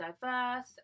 diverse